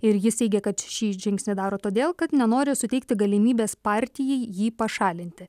ir jis teigia kad šį žingsnį daro todėl kad nenori suteikti galimybės partijai jį pašalinti